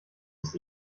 ist